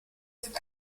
sind